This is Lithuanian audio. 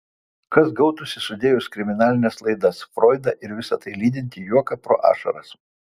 kas gautųsi sudėjus kriminalines laidas froidą ir visa tai lydintį juoką pro ašaras